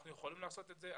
אנחנו יכולים לעשות את זה.